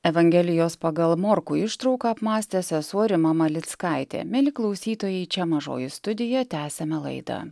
evangelijos pagal morkų ištrauką apmąstė sesuo rima malickaitė mieli klausytojai čia mažoji studija tęsiame laidą